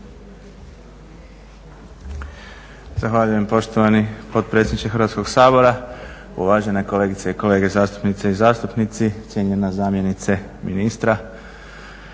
Zahvaljujem poštovani potpredsjedniče Hrvatskog sabora. Uvažene kolegice i kolege zastupnice i zastupnici, cijenjena zamjenice ministra.